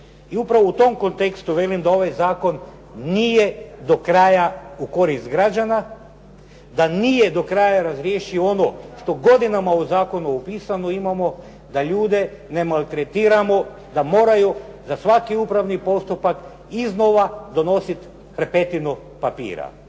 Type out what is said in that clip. I upravo u tom kontekstu velim da ovaj zakon nije do kraja u korist građana, da nije do kraja razriješio ono što godinama u zakonu upisano imamo da ljude ne maltretiramo, da moraju za svaki upravni postupak iznova donositi hrpetinu papira.